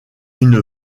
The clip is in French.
une